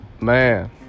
Man